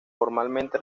formalmente